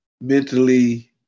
mentally